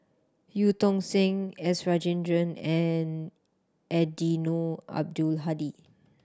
Eu Tong Sen S Rajendran and Eddino Abdul Hadi